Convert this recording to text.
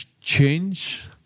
change